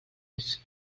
més